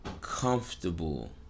comfortable